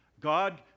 God